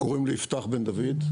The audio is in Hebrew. קוראים לי יפתח בן דוד,